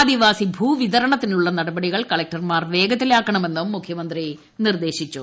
ആദിവാസി ഭൂവിതരണത്തിനുള്ള നടപടികൾ കളക്ടർമാർ വേഗത്തിലാക്കണമെന്നും മുഖ്യമന്ത്രി നിർദ്ദേശിച്ചു